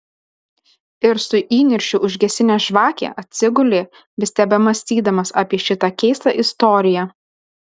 ir su įniršiu užgesinęs žvakę atsigulė vis tebemąstydamas apie šitą keistą istoriją